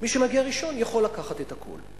יכול לקחת את הכול,